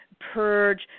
purge